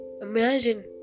imagine